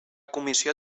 comissió